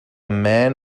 man